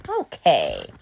Okay